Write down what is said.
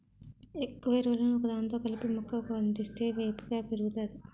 ఎక్కువ ఎరువులను ఒకదానిలో కలిపి మొక్క కందిస్తే వేపుగా పెరుగుతాది